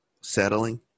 settling